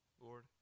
Lord